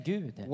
Gud